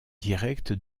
direct